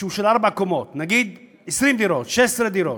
בן ארבע קומות, נגיד 20 דירות, 16 דירות,